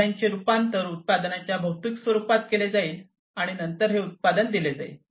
design चे रूपांतर उत्पादनाच्या भौतिक स्वरूपात केले जाईल आणि नंतर हे उत्पादन दिले जाईल